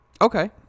Okay